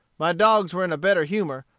my dogs were in a better humor,